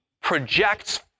projects